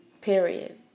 Period